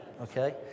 Okay